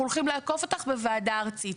אנחנו הולכים לעקוף אותך בוועדה ארצית.